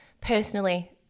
personally